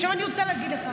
עכשיו אני רוצה להגיד לך,